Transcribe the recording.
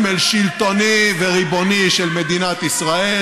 תוך לחימה בכל סמל שלטוני וריבוני של מדינת ישראל,